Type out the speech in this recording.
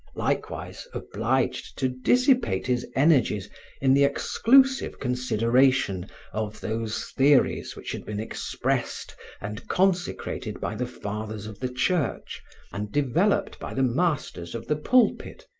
likewise obliged to dissipate his energies in the exclusive consideration of those theories which had been expressed and consecrated by the fathers of the church and developed by the masters of the pulpit,